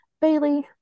bailey